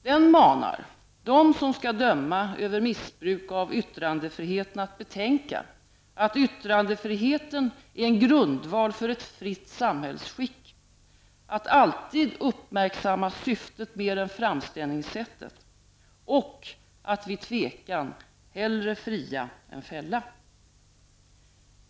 Den menar dem som skall döma över missbruk av yttrandefriheten att betänka att yttrandefriheten är en grundval för ett fritt samhällsskick, att alltid uppmärksamma syftet mer än framställningssättet och att vid tvekan hellre fria än fälla.